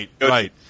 right